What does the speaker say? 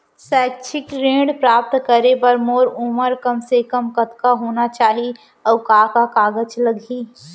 शैक्षिक ऋण प्राप्त करे बर मोर उमर कम से कम कतका होना चाहि, अऊ का का कागज लागही?